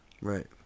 Right